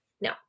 no